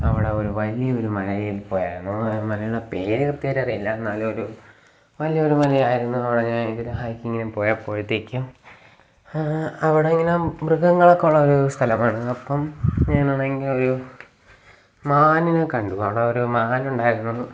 അവിടെ ഒരു വലിയൊരു മലയില് പോയായിരുന്നു അപ്പം മലയുടെ പേര് കൃത്യായിട്ടറിയില്ല എന്നാലുവൊരു വലിയൊരു മലയായിരുന്നു അവിടെ ഞാൻ ഹൈക്കിങ്ങിന് പോയപ്പോഴത്തേക്കും അവിടെയിങ്ങനെ മൃഗങ്ങളൊക്കെ ഉള്ളൊരു സ്തലമാണ് അപ്പം ഞാനാണെങ്കിൽ ഒരു മാനിനെ കണ്ടു അവിടെയൊരു മാനുണ്ടായിരുന്നു